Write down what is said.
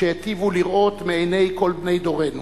שהיטיבו לראות מעיני כל בני דורנו,